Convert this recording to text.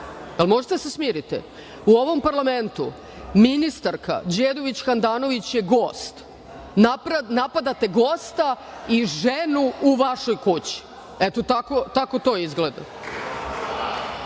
možete da se smirite.U ovom parlamentu ministarka Đedović Handanović je gost, napadate gosta i ženu u vašoj kući. Eto, tako to izgleda. Što